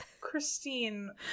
christine